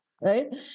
Right